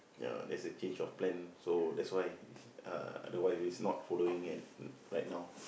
ya there's a change of plan so that's why uh the wife is not following and right now